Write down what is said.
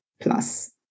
plus